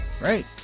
right